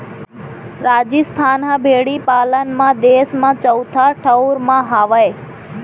राजिस्थान ह भेड़ी पालन म देस म चउथा ठउर म हावय